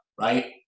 right